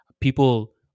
people